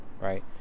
right